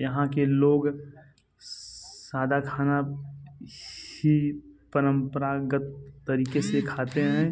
यहाँ के लोग सादा खाना ही परंपरागत तरीक़े से खाते हैं